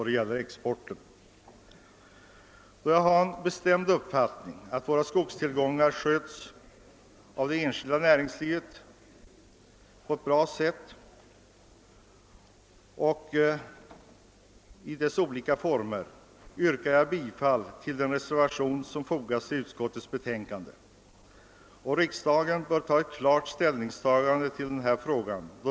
Då jag har den bestämda uppfattningen att våra skogstillgångar bäst skötes av det enskilda näringslivet i dess olika former yrkar jag bifall till den vid utskottets utlåtande fogade reservationen. Riksdagen bör ta klar ställning i denna fråga.